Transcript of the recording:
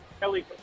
Kelly